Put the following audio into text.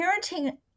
parenting